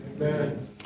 amen